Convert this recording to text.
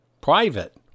private